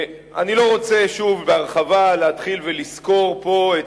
אני לא רוצה להתחיל לסקור פה שוב,